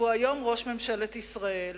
והוא היום ראש ממשלת ישראל,